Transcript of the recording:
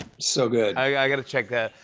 so good. i got to check that.